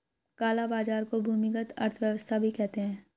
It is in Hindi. काला बाजार को भूमिगत अर्थव्यवस्था भी कहते हैं